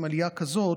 עם עלייה כזאת,